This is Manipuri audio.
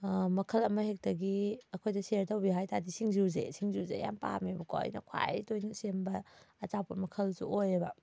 ꯃꯈꯜ ꯑꯃ ꯍꯦꯛꯇꯒꯤ ꯑꯩꯈꯣꯏꯗ ꯁꯦꯌꯔ ꯇꯧꯕꯤꯌꯣ ꯍꯥꯏꯇꯥꯗꯤ ꯁꯤꯡꯖꯨꯁꯦ ꯁꯤꯡꯖꯨꯁꯦ ꯑꯩ ꯌꯥꯝ ꯄꯥꯝꯃꯦꯕꯀꯣ ꯑꯩꯅ ꯈ꯭ꯋꯥꯏ ꯇꯣꯏꯅ ꯁꯦꯝꯕ ꯑꯆꯥꯄꯣꯠ ꯃꯈꯜꯁꯨ ꯑꯣꯏꯌꯦꯕ